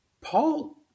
Paul